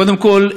קודם כול,